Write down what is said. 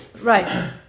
Right